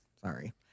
Sorry